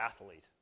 athlete